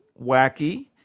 Wacky